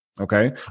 Okay